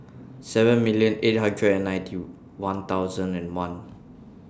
seven million eight hundred and nineteen one thousand and one